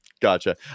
Gotcha